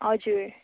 हजुर